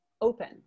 open